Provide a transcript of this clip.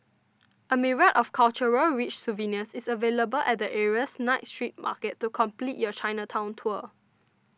a myriad of cultural rich souvenirs is available at the area's night street market to complete your Chinatown tour